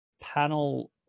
panel